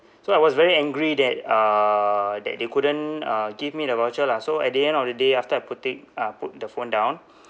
so I was very angry that uh that they couldn't uh give me the voucher lah so at the end of the day after I put it uh put the phone down